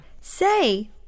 Say